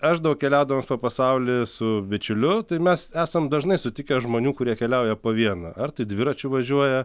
aš daug keliaudamas po pasaulį su bičiuliu tai mes esam dažnai sutikę žmonių kurie keliauja po vieną ar dviračiu važiuoja